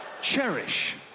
Cherish